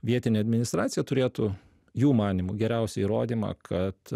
vietinė administracija turėtų jų manymu geriausią įrodymą kad